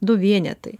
du vienetai